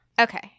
Okay